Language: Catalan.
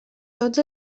tots